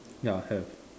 ya have